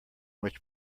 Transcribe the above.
which